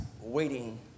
waiting